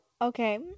Okay